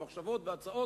המחשבות וההצעות,